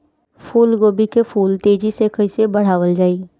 फूल गोभी के फूल तेजी से कइसे बढ़ावल जाई?